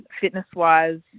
fitness-wise